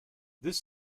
this